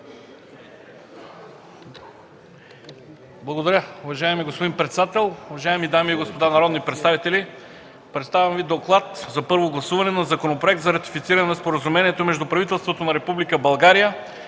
Благодаря. Уважаеми господин председател, уважаеми дами и господа народни представители, представям Ви „ДОКЛАД за първо гласуване на Законопроект за ратифициране на Споразумението между правителството на Република България